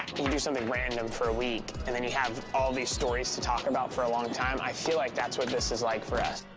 you do something random for a week, and then you have all these stories to talk about for a long time. i feel like that's what this is like for us.